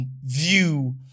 view